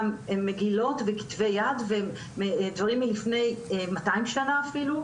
גם מגילות וכתבי יד ודברים מלפני 200 שנה אפילו,